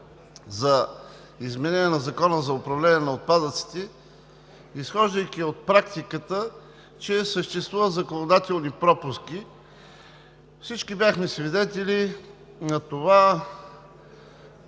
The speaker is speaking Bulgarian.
за изменение на Закона за управление на отпадъците, изхождайки от практиката, че съществуват законодателни пропуски. Всички бяхме свидетели на нарушения,